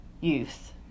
youth